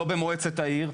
לא במועצת העיר,